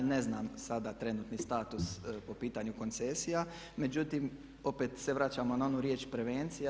Ne znam sada trenutni status po pitanju koncesija međutim opet se vraćamo na onu riječ prevencija.